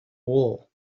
wool